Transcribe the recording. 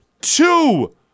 two